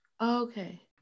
Okay